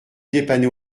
dépanner